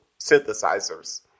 synthesizers